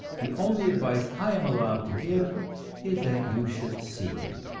the only advice i am allowed to give is that you should seek it.